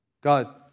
God